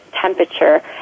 temperature